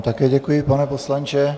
Také vám děkuji, pane poslanče.